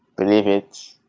believe it,